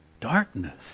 darkness